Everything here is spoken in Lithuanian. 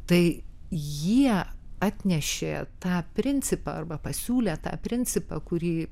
tai jie atnešė tą principą arba pasiūlė tą principą kuri